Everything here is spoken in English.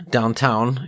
Downtown